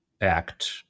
act